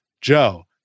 joe